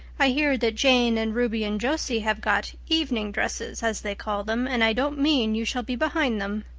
i hear that jane and ruby and josie have got evening dresses as they call them, and i don't mean you shall be behind them.